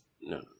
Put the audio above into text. No